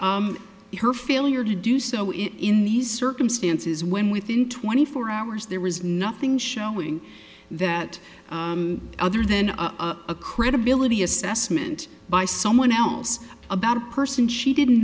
her failure to do so in these circumstances when within twenty four hours there was nothing showing that other than a credibility assessment by someone else about a person she didn't